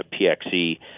PXE